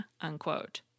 unquote